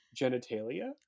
genitalia